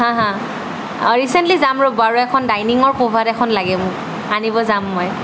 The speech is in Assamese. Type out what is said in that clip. হাঁ হাঁ ৰিচেণ্টলি যাম ৰ'ব আৰু এখন ডাইনিঙৰ কভাৰ এখন লাগে মোক আনিব যাম মই